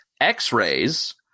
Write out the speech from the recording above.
x-rays